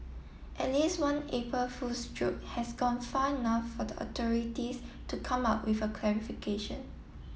at least one April Fool's joke has gone far enough for the authorities to come out with a clarification